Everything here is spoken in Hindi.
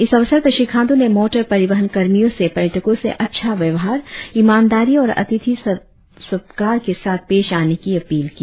इस अवसर पर श्री खाण्डू ने मोटर परिवहन कर्मियों से पर्यटकों से अच्छा व्यवहार ईमानदारी और अतिथि सरकार के साथ पेश आने की अपील की